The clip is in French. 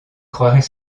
croirait